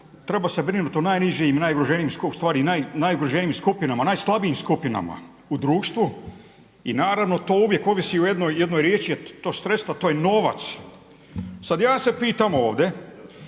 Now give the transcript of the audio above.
treba se brinuti o najnižim i najugroženijim skupinama, najslabijim skupinama u društvu i naravno to uvijek ovisi o jednoj riječi jel to je stresno to je novac. Sada ja se pitam ovdje